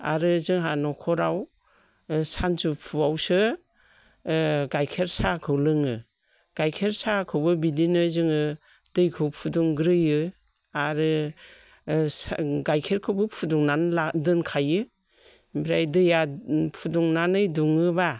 आरो जोंहा न'खराव सानजुफुआवसो गाइखेर साहाखौ लोङो गाइखेर साहाखौबो बिदिनो जोङो दैखौ फुदुंग्रोयो आरो गाइखेरखौबो फुदुंनानै दोनखायो ओमफ्राय दैया फुदुंनानै दुङोबा